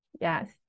Yes